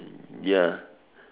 ya